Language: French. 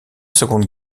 seconde